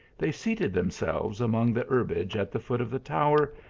they seated themselves among the herbage at the foot of the tower,